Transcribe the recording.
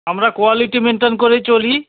আমরা quality maintain করেই চলি